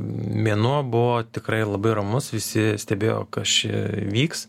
mėnuo buvo tikrai labai ramus visi stebėjo kas čia vyks